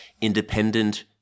independent